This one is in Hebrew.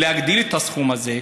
להגדיל את הסכום הזה.